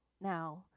Now